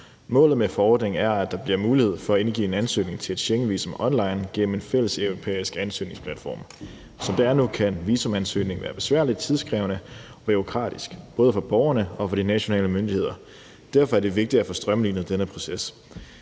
Målet med forordningen er, at der bliver mulighed for at indgive en ansøgning om et Schengenvisum online gennem en fælles europæisk ansøgningsplatform. Som det er nu, kan en visumansøgning være besværlig, tidskrævende og bureaukratisk, både for borgerne og for de nationale myndigheder. Derfor er det vigtigt at få strømlinet denne proces.